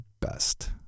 best